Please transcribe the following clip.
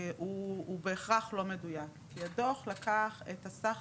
הוא בהכרח לא מדויק כי הדוח לקח את הסך